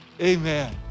amen